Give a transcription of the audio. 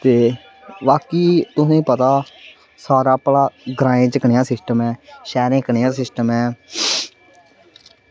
ते बाकई इ'नें गी पता साढ़े ग्रांऐं च कनेहा सिस्टम ऐ शैह्रें कनेहा सिस्टम ऐ